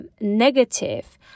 negative